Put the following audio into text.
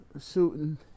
shooting